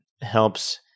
helps